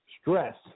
stress